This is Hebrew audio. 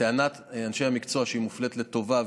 טענת אנשי המקצוע היא שהיא מופלית לטובה,